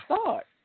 start